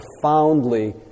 profoundly